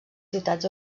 ciutats